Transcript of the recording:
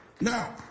Now